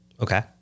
Okay